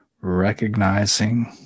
recognizing